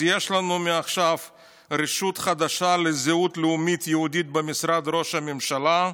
אז יש לנו מעכשיו רשות חדשה לזהות לאומית יהודית במשרד ראש הממשלה,